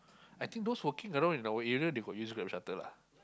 I think those working around in our area they got use Grab Shuttle lah